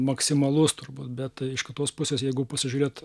maksimalus turbūt bet iš kitos pusės jeigu pasižiūrėt